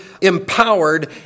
empowered